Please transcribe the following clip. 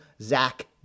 Zach